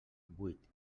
vuit